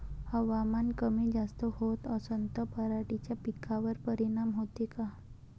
हवामान कमी जास्त होत असन त पराटीच्या पिकावर परिनाम होते का?